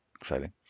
Exciting